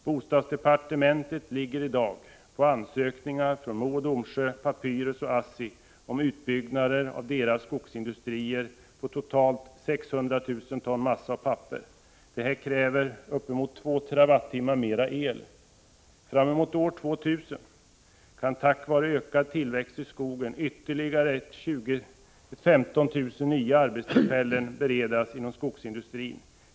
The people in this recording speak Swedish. Bostadsdepartementet har i dag ansökningar från MoDo, AB Papyrus och ASSI om utbyggnader av deras skogsindustrier på totalt 600 000 ton papper och massa. Det kräver uppemot 2 TWh mer. Framemot år 2000 kan tack vare ökad tillväxt i skogen ytterligare ca 15 000 arbetstillfällen beredas inom skogsindustrin.